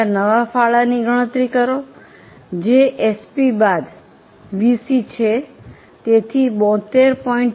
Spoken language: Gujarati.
પહેલા નવા ફાળાની ગણતરી કરો જે એસપી બાદ વીસી છે તેથી 72